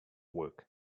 work